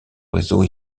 réseau